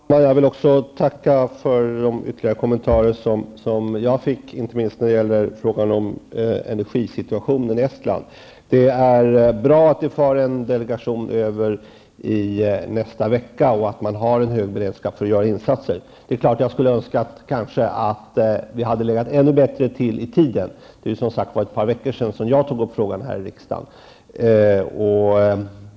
Fru talman! Jag vill också tacka för de ytterligare kommentarer som jag fick, inte minst när det gäller frågan om energisituationen i Estland. Det är bra att en delegation far över i nästa vecka och att man har en hög beredskap för att göra insatser. Det är klart att jag skulle ha önskat att vi hade legat ännu bättre till i tiden. Det är som sagt ett par veckor sedan som jag tog upp frågan här i riksdagen.